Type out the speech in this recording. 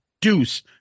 Deuce